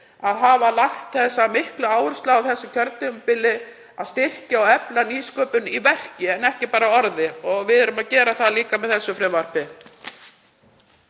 að hafa lagt þessa miklu áherslu á það á þessu kjörtímabili að styrkja og efla nýsköpun í verki en ekki bara í orði og við erum líka að gera það með þessu frumvarpi.